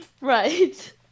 Right